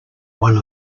one